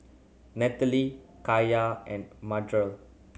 Natalie Kaya and Mardell